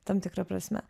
tam tikra prasme